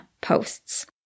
posts